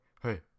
Hey